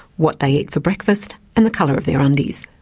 what they eat for breakfast and the colour of their undies.